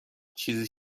چیزی